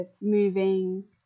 moving